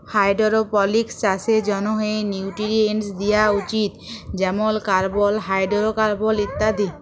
hydroponics চাষের জ্যনহে nutrients দিয়া উচিত যেমল কার্বল, হাইডোরোকার্বল ইত্যাদি